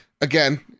again